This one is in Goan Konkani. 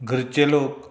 घरचे लोक